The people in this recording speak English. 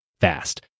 fast